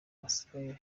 basigaye